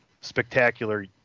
spectacular